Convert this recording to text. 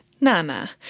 nana